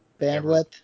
Bandwidth